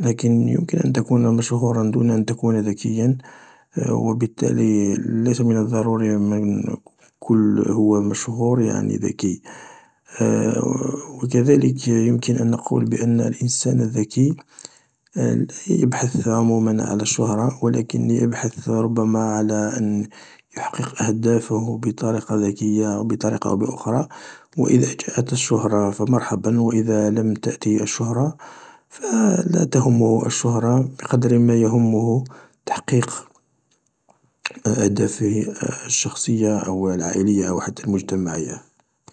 لكن يمكن أن تكون مشهورا دون ان تكون ذكيا و بالتالي ليس من الضروري كل من هو مشهور يعني ذكي، و كذلك يمكن ان نقول بان الانسان الذكي لا يبحث عموما عن الشهرة و لكن يبحث ربما على ان يحقق أهدافة بطريقة ذكية أو بطريقة أو بأخرى و اذا أتت الشهرة فمرحبا و ان لم تأت الشهرة فلا تهمه الشهرة بقدر ما يهمه تحقيق أهدافه الشخصية أو العائلية أو حتى المجتمعية.